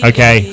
Okay